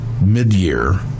mid-year